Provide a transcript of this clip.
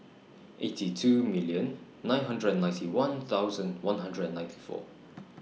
eighty two million nine hundred and ninety one thousand one hundred and ninety four